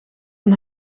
een